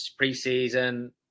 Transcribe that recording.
preseason